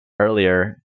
earlier